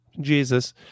Jesus